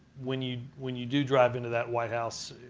when you when you do drive into that white house,